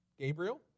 Gabriel